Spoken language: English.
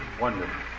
wonderful